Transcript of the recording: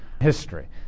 history